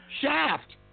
Shaft